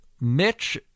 Mitch